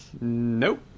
Nope